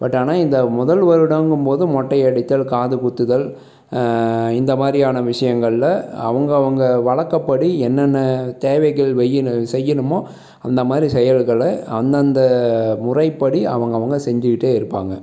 but ஆனால் இந்த முதல் வருடங்கும் போது மொட்டை அடித்தல் காது குத்துதல் இந்த மாதிரியான விஷயங்களில் அவங்க அவங்க வழக்கப்படி என்னென்ன தேவைகள் வெய்யணு செய்யணும் அந்த மாதிரி செயல்கள் அந்தந்த முறைப்படி அவங்க அவங்க செஞ்சுகிட்டு இருப்பாங்க